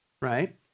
right